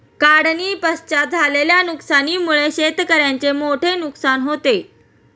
काढणीपश्चात झालेल्या नुकसानीमुळे शेतकऱ्याचे मोठे नुकसान होते